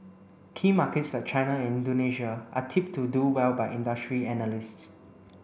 key markets like China and Indonesia are tipped to do well by industry analysts